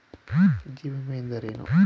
ಜೀವ ವಿಮೆ ಎಂದರೇನು?